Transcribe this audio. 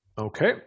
Okay